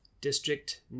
district